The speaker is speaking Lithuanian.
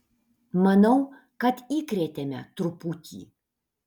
manau kad įkrėtėme truputį